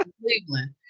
Cleveland